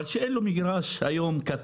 אבל כשאין לו היום מגרש קט-רגל,